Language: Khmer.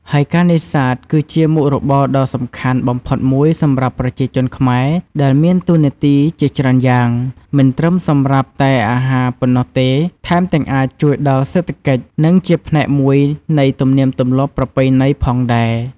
ហើយការនេសាទ គឺជាមុខរបរដ៏សំខាន់បំផុតមួយសម្រាប់ប្រជាជនខ្មែរ ដែលមានតួនាទីជាច្រើនយ៉ាង មិនត្រឹមសម្រាប់តែអាហារប៉ុណ្ណោះទេ ថែមទាំងអាចជួយដល់រសេដ្ឋកិច្ច និងជាផ្នែកមួយនៃទំនៀមទម្លាប់ប្រពៃណីផងដែរ។